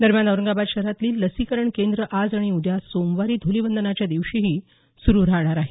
दरम्यान औरंगाबाद शहरातली लसीकरण केंद्रं आज आणि उद्या सोमवारी धुलिवंदनाच्या दिवशीही सुरु राहणार आहेत